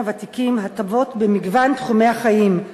הוותיקים הטבות במגוון תחומי החיים,